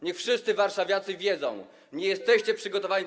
Niech wszyscy warszawiacy wiedzą: nie jesteście przygotowani do.